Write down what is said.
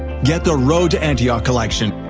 get the road to antioch collection,